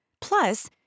Plus